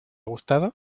gustado